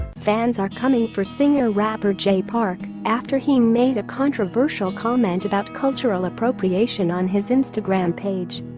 fans are coming for singer rapper jay park after he made a controversial comment about cultural appropriation on his instagram page.